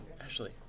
Ashley